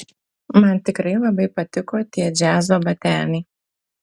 man tikrai labai patiko tie džiazo bateliai